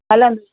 हलनि